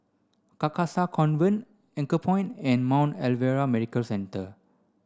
Carcasa Convent Anchorpoint and Mount Alvernia Medical Centre